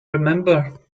remember